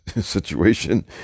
situation